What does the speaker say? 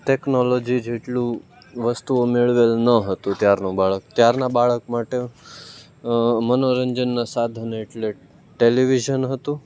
technology જેટલું વસ્તુઓ મેળવેલ ન હતું ત્યારનું બાળક ત્યારના બાળક માટે મનોરંજનના સાધનો એટલે ટેલિવિઝન હતું